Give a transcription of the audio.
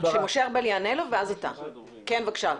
בבקשה.